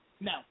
No